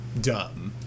dumb